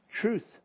truth